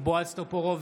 בועז טופורובסקי,